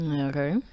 Okay